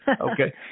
Okay